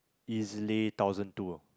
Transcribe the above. easily thousand two ah